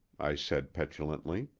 i said petulantly.